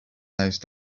those